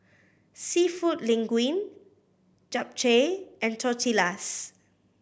Seafood Linguine Japchae and Tortillas